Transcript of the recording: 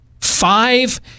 five